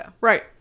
right